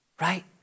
right